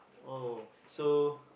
oh so